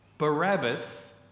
Barabbas